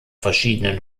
verschiedenen